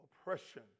oppression